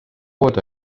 pood